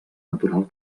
natural